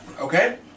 Okay